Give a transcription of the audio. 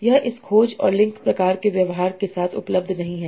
यह इस खोज और लिंक प्रकार के व्यवहार के साथ उपलब्ध नहीं है